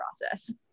process